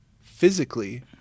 physically